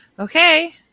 Okay